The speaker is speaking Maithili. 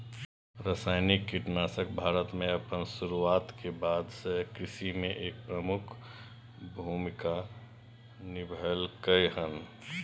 रासायनिक कीटनाशक भारत में अपन शुरुआत के बाद से कृषि में एक प्रमुख भूमिका निभलकय हन